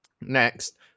Next